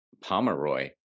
Pomeroy